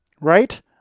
right